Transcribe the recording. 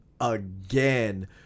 again